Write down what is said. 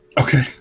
Okay